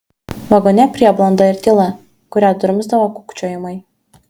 vagone prieblanda ir tyla kurią drumsdavo kūkčiojimai